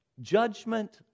judgment